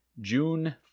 June